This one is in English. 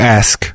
ask